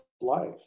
life